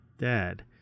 dad